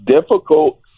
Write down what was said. difficult